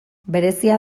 berezia